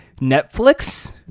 netflix